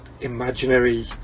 imaginary